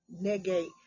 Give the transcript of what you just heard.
negate